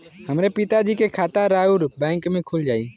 हमरे पिता जी के खाता राउर बैंक में खुल जाई?